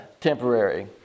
Temporary